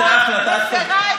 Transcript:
אז איך זה קורה?